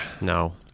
No